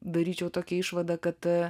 daryčiau tokią išvadą kad